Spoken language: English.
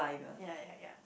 ya ya ya